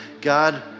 God